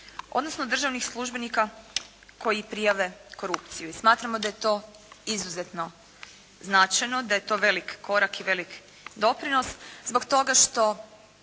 odnosno državnih službenika koji prijave korupciju i smatramo da je to izuzetno značajno, da je to velik korak i velik doprinos zbog toga što